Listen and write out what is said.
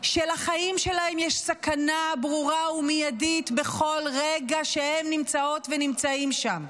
שלחיים שלהם יש סכנה ברורה ומיידית בכל רגע שהם נמצאות ונמצאים שם.